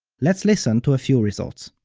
let's listen to a few results.